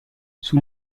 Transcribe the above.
sul